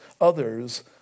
others